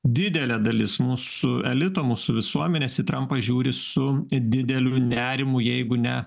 didelė dalis mūsų elito mūsų visuomenės į trampą žiūri su dideliu nerimu jeigu ne